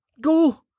Go